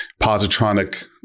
positronic